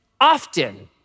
often